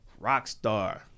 Rockstar